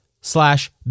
slash